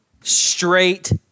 straight